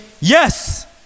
yes